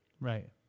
Right